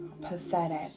pathetic